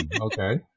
okay